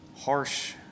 harsh